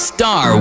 Star